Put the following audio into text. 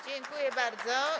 Dziękuję bardzo.